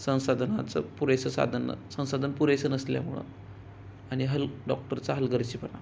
संसाधनाचं पुरेसं साधनं संसाधन पुरेसं नसल्यामुळं आणि हल डॉक्टरचा हलगर्जीपणा